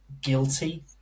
guilty